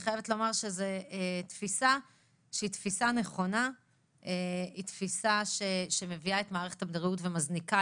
זו תפיסה נכונה שמביאה את מערכת הבריאות ומזניקה